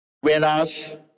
Whereas